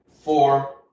four